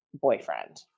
boyfriend